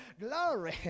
glory